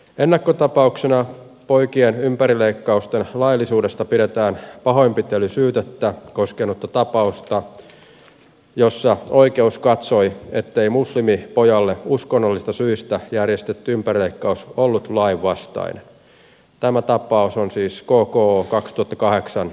ennakkotapauksena poikien ympärileikkausten laillisuudesta pidetään pahoinpitelysyytettä koskenutta tapausta jossa oikeus katsoi ettei muslimipojalle uskonnollisista syistä järjestetty ympärileikkaus ollut lainvastainen tämä tapaus on siis kookoo kaksi tukikaheksan